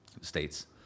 States